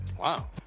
Wow